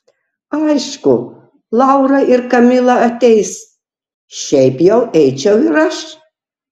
aišku laura ir kamila ateis šiaip jau eičiau ir aš